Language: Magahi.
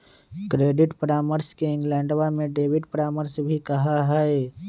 क्रेडिट परामर्श के इंग्लैंडवा में डेबिट परामर्श भी कहा हई